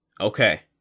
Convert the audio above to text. okay